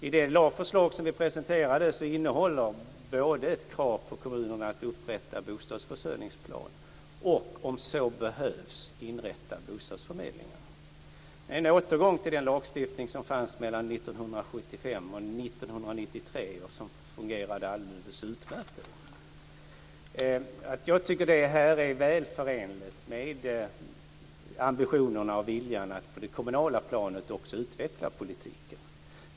I det lagförslag som vi presenterat ställs ett krav på kommunerna både att upprätta bostadsförsörjningsplan och att, om så behövs, inrätta bostadsförmedlingar. Det är en återgång till den lagstiftning som fanns mellan 1975 och 1993 och som då fungerade alldeles utmärkt. Jag tycker att det här är väl förenligt med ambitionen att utveckla politiken också på det kommunala planet.